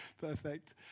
Perfect